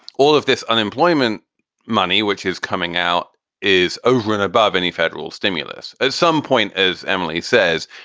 all of this unemployment money which is coming out is over and above any federal stimulus at some point. as emily says,